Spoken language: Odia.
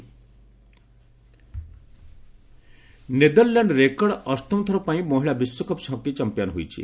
ୱିମେନ୍ସ ହକି ନେଦରଲ୍ୟାଣ୍ଡ୍ ରେକର୍ଡ ଅଷ୍ଟମଥର ପାଇଁ ମହିଳା ବିଶ୍ୱକପ୍ ହକି ଚମ୍ପିୟନ୍ ହୋଇଛି